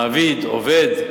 מעביד עובד,